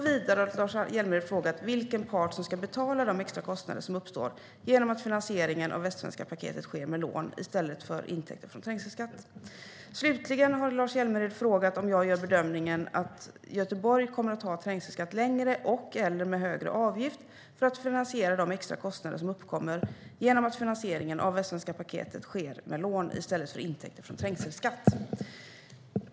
Vidare har Lars Hjälmered frågat vilken part som ska betala de extra kostnader som uppstår genom att finansieringen av Västsvenska paketet sker med lån i stället för med intäkter från trängselskatt. Slutligen har Lars Hjälmered frågat om jag gör bedömningen att Göteborg kommer att ha trängselskatt längre och/eller med högre avgift för att finansiera de extra kostnader som uppkommer genom att finansieringen av Västsvenska paketet sker med lån i stället för med intäkter från trängselskatt.